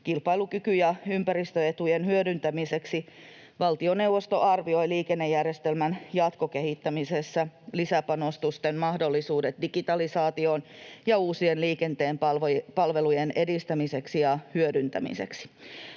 kilpailukyky- ja ympäristöetujen hyödyntämiseksi valtioneuvosto arvioi liikennejärjestelmän jatkokehittämisessä lisäpanostusten mahdollisuudet digitalisaation ja uusien liikenteen palvelujen edistämiseksi ja hyödyntämiseksi.